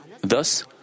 Thus